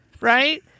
right